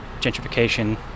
gentrification